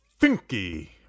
Finky